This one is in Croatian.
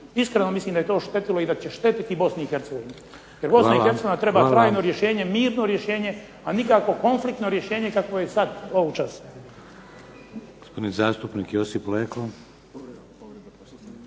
iskreno mislim da je to štetilo i da će štetiti Bosni i Hercegovini, jer Bosna i Hercegovina treba trajno rješenje, mirno rješenje, a nikako konfliktno rješenje kakvo je sad ovog časa.